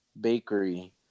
Bakery